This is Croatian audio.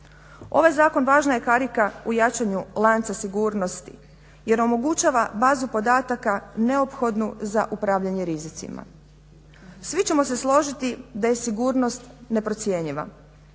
Ovaj zakon važna je karika u jačanju lanca sigurnosti jer omogućava bazu podataka neophodnu za upravljanje rizicima. Svi ćemo se složiti da je sigurnost neprocjenjiva,